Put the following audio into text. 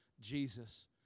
Jesus